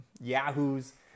yahoos